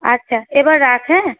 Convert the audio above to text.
আচ্ছা এবার রাখ হ্যাঁ